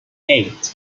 eight